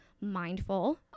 mindful